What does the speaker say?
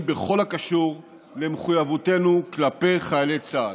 בכל הקשור למחויבותנו כלפי חיילי צה"ל.